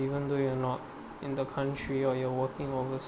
even though you are not in the country or you are working